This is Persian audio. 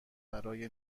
برای